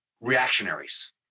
reactionaries